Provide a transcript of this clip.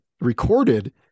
Recorded